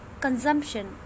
consumption